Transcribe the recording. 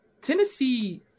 Tennessee